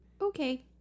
Okay